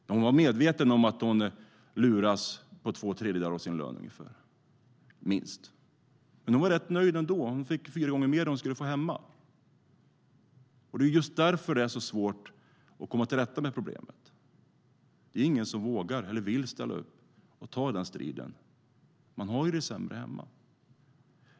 Kvinnan var medveten om att hon luras på minst två tredjedelar av sin lön, men hon var rätt nöjd ändå eftersom hon fick fyra gånger mer i lön än hemma. Det är just därför det är så svårt att komma till rätta med problemet. Det är ingen som vågar eller vill ställa upp och ta striden eftersom man har det sämre hemma.